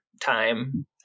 time